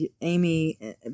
amy